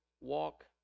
walk